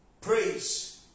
praise